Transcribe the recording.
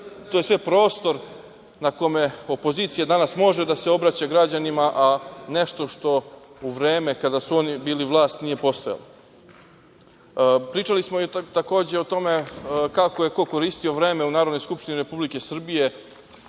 to je sve prostor na kome opozicija može da se obraća građanima, a nešto što u vreme kada su oni bili vlast nije postojalo. Pričali smo takođe i o tome kako je ko koristio vreme u Narodnoj skupštini Republike Srbije.